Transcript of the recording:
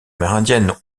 amérindiennes